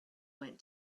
went